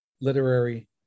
literary